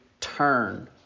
turn